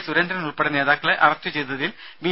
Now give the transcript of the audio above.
സുരേന്ദ്രൻ ഉൾപ്പെടെ നേതാക്കളെ അറസ്റ്റ് ചെയ്തതിൽ ബി